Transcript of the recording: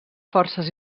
forces